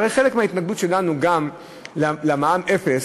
הרי חלק מההתנגדות שלנו גם למע"מ אפס,